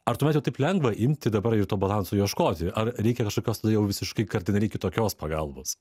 ar tuomet jau taip lengva imti dabar ir to balanso ieškoti ar reikia kažkokios tada jau visiškai kardinaliai kitokios pagalbos